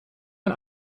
ein